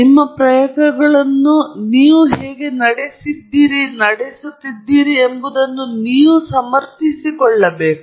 ನಿಮ್ಮ ಪ್ರಯೋಗಗಳನ್ನು ನೀವು ಹೇಗೆ ನಡೆಸುತ್ತಿದ್ದೀರಿ ಎಂಬುದನ್ನು ನೀವು ಸಮರ್ಥಿಸಿಕೊಳ್ಳಬೇಕು